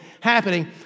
happening